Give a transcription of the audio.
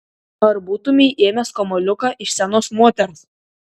ar būtumei ėmęs kamuoliuką iš senos moters